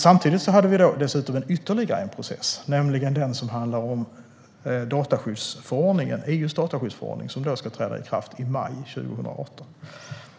Samtidigt hade vi en ytterligare process, nämligen den som handlar om EU:s dataskyddsförordning, som ska träda i kraft i maj 2018.